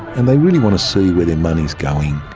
and they really want to see where their money is going,